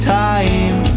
time